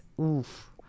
Oof